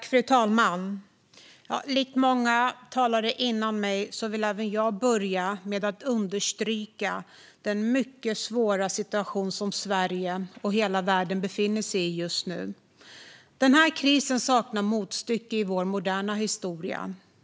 Fru talman! Likt många talare före mig vill även jag börja med att understryka den mycket svåra situation som Sverige och hela världen befinner sig i just nu. Den här krisen saknar motstycke i vår moderna historia.